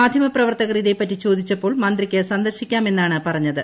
മാധ്യമ പ്രവർത്തകർ ഇതേപ്പറ്റി ചോദിച്ചപ്പോൾ മന്ത്രിയ്ക്ക് സന്ദർശിക്കാമെന്നാണ് പറഞ്ഞത്